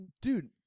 Dude